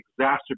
exacerbate